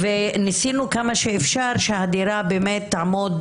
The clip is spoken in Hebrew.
ניסינו כמה שאפשר שהדירה באמת תעמוד